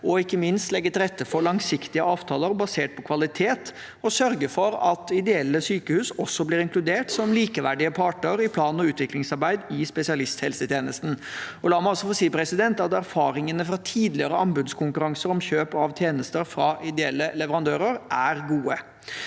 og ikke minst legge til rette for langsiktige avtaler basert på kvalitet og sørge for at ideelle sykehus også blir inkludert som likeverdige parter i plan- og utviklingsarbeid i spesialisthelsetjenesten. La meg også få si at erfaringene fra tidligere anbudskonkurranser om kjøp av tjenester fra ideelle leverandører er gode.